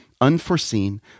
unforeseen